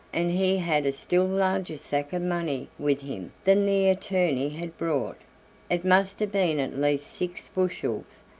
and he had a still larger sack of money with him than the attorney had brought it must have been at least six bushels,